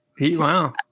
Wow